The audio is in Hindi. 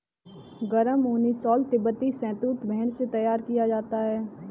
गर्म ऊनी शॉल तिब्बती शहतूश भेड़ से तैयार किया जाता है